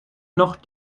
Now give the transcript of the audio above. noch